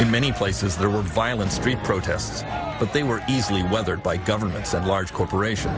in many places there were violent street protests but they were easily weathered by governments and large corporations